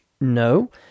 No